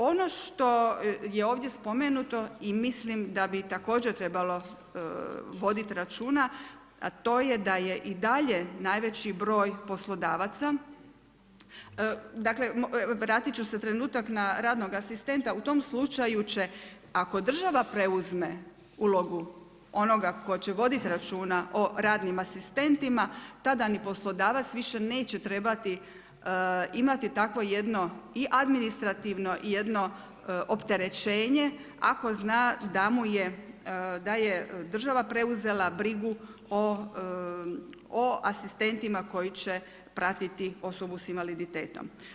Ono što je ovdje spomenuto i mislim da bi također trebalo voditi računa a to je da je i dalje najveći broj poslodavaca, dakle, vratiti ću se trenutak na radnog asistenta, u tom slučaju će, ako država preuzme ulogu onoga tko će voditi računa o radnim asistentima, tada ni poslodavac više neće trebati imati takvo jedno i administrativno jedno opterećenje, ako zna da je država preuzela brigu o asistentima koji će pratiti osobu s invaliditetom.